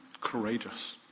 courageous